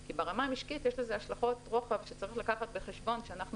כי ברמה המשקית יש לזה השלכות רוחב שצריך לקחת בחשבון ואנחנו